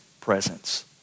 presence